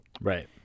Right